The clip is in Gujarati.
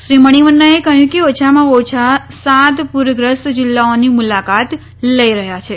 શ્રી મણિવન્નાએ કહ્યું કે ઓછામાં ઓછા સાત પુરગ્રસ્ત જીલ્લાઓની મુલાકાત લઇ રહ્યા છે